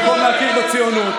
במקום להכיר בציונות,